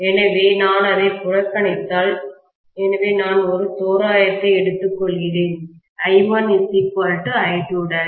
எனவே நான் அதை புறக்கணித்தால் எனவே நான் ஒரு தோராயத்தை எடுத்துக்கொள்கிறேன்I1 I2'